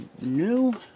new